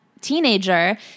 teenager